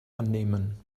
annehmen